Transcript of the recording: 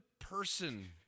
person